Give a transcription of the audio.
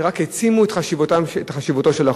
שרק העצימו את חשיבות החוק.